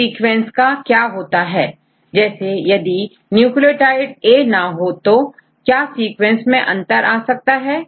इन sequence का क्या होता है जैसे यदि न्यूक्लियोटाइडA ना हो तो क्या सीक्वेंस में अंतर आ सकता है